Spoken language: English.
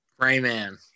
Rayman